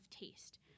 Taste